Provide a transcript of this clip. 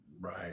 Right